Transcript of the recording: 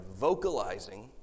vocalizing